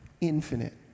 infinite